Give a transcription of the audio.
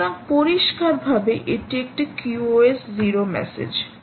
সুতরাং পরিষ্কারভাবে এটি একটি QoS 0 মেসেজ